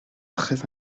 très